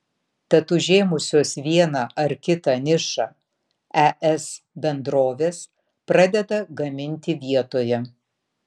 tad užėmusios vieną ar kitą nišą es bendrovės pradeda gaminti vietoje